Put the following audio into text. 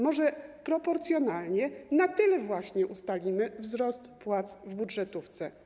Może proporcjonalnie o tyle właśnie ustalimy wzrost płac w budżetówce?